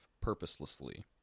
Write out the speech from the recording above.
purposelessly